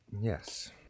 Yes